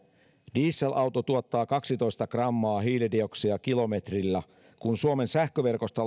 dieselauto tuottaa kaksitoista grammaa hiilidioksidia kilometrillä kun suomen sähköverkosta